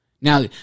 Now